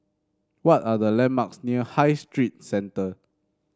what are the landmarks near High Street Centre